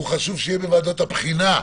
חשוב שהוא יהיה בוועדות הבחינה,